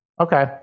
Okay